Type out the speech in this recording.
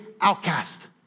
outcast